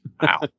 Wow